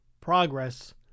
progress